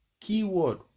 keyword